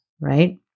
right